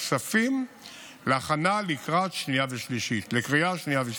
הכספים להכנה לקריאה שנייה ושלישית.